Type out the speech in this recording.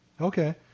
Okay